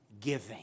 giving